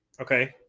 okay